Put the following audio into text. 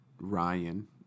Ryan